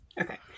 Okay